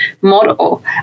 model